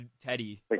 Teddy